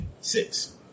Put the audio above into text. Six